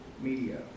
media